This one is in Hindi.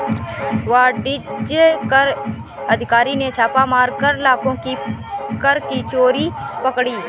वाणिज्य कर अधिकारी ने छापा मारकर लाखों की कर की चोरी पकड़ी